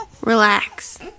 Relax